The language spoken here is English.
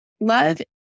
love